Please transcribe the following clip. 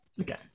Okay